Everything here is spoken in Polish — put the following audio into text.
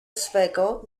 swego